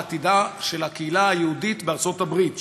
על עתידה של הקהילה היהודית בארצות-הברית.